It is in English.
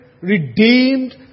redeemed